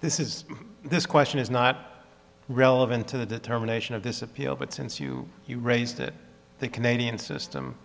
this is this question is not relevant to the determination of this appeal but since you raised it the canadian system